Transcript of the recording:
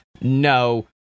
no